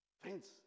friends